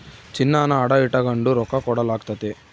ಚಿನ್ನಾನ ಅಡ ಇಟಗಂಡು ರೊಕ್ಕ ಕೊಡಲಾಗ್ತತೆ